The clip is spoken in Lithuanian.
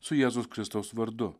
su jėzaus kristaus vardu